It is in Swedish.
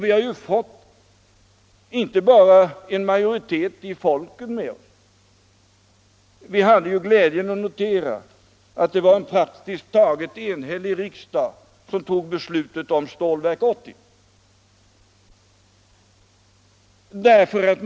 Vi har i detta arbete inte bara fått en majoritet av folket bakom oss utan har också t.ex. haft glädjen att notera att en praktiskt taget enhällig riksdag ställde sig bakom beslutet om Stålverk 80.